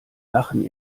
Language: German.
lachen